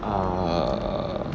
ah err